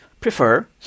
prefer